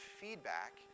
feedback